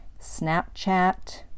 Snapchat